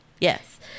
Yes